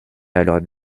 alors